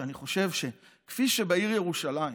שאני חושב שכפי שבעיר ירושלים